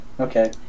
Okay